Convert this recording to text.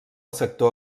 sector